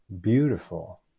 beautiful